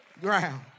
ground